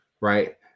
right